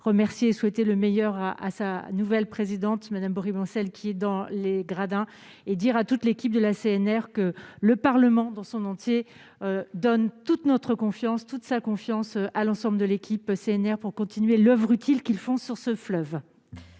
remercier souhaiter le meilleur à à sa nouvelle présidente, Madame Boroumand, celle qui est dans les gradins et dire à toute l'équipe de la CNR, que le Parlement dans son entier donne toute notre confiance, toute sa confiance à l'ensemble de l'équipe CNR pour continuer l'oeuvre utile qu'ils font sur ce fleuve.